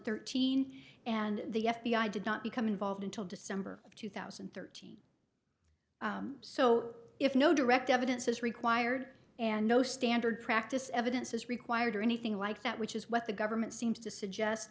thirteen and the f b i did not become involved until december of two thousand and thirteen so if no direct evidence is required and no standard practice evidence is required or anything like that which is what the government seems to suggest